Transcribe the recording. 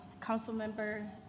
Councilmember